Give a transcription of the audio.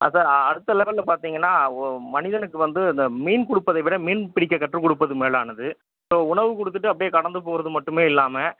sir அடுத்த லெவலில் பார்த்தீங்கன்னா மனிதனுக்கு வந்து இந்த மீன் கொடுப்பதை விட மீன் பிடிக்க கற்று கொடுப்பது மேலானது ஸோ உணவு கொடுத்துட்டு அப்படியே கடந்து போகிறது மட்டுமே இல்லாமல்